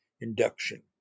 induction